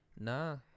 Nah